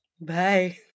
Bye